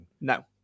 No